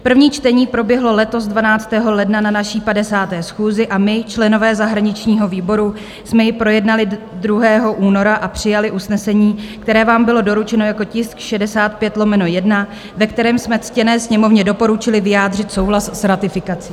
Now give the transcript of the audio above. První čtení proběhlo letos 12. ledna na naší 50. schůzi a my, členové zahraničního výboru, jsme ji projednali 2. února a přijali usnesení, které vám bylo doručeno jako tisk 65/1, ve kterém jsme ctěné Sněmovně doporučili vyjádřit souhlas s ratifikací.